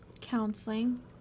counseling